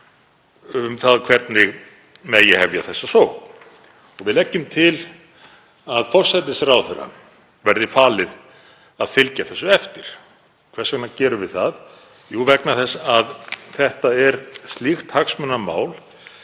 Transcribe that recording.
um hvernig megi hefja þessa sókn. Við leggjum til að forsætisráðherra verði falið að fylgja þessu eftir. Hvers vegna gerum við það? Jú, vegna þess að þetta er slíkt hagsmunamál